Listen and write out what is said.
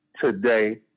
today